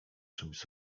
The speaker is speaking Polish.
czymś